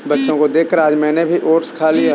बच्चों को देखकर आज मैंने भी ओट्स खा लिया